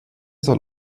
soll